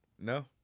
No